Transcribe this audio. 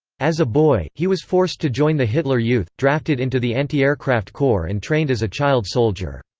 as a boy, he was forced to join the hitler youth, drafted into the anti-aircraft corps and trained as a child soldier.